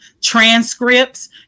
transcripts